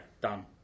done